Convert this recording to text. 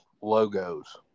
logos